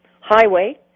highway